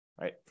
right